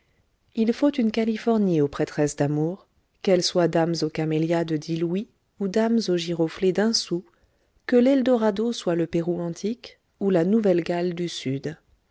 il faut une californie aux prêtresses d'amour qu'elles soient dames aux camélias de dix louis ou dames aux giroflées d'un sou que l'eldorado soit le pérou antique ou la nouvelle galles du sud